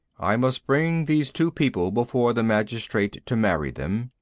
i must bring these two people before the magistrate to marry them.